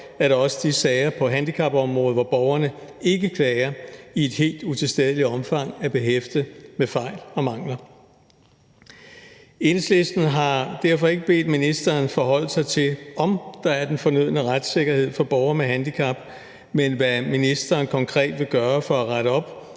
om, at også de sager på handicapområdet, hvor borgerne ikke klager, i et helt utilstedeligt omfang er behæftet med fejl og mangler. Enhedslisten har derfor ikke bedt ministeren om at forholde sig til, om der er den fornødne retssikkerhed for borgere med handicap, men har spurgt, hvad ministeren konkret vil gøre for at rette op